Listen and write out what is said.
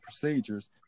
procedures